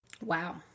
Wow